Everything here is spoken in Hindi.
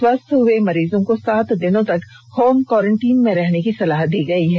स्वस्थ हुए मरीजों को सात दिनों तक होम कोरंटीन में रहने की सलाह दी गई है